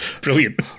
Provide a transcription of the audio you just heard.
brilliant